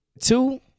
Two